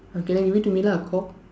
okay then give it to me lah cock